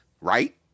right